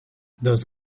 those